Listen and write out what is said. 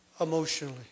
emotionally